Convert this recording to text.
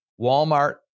Walmart